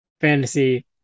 fantasy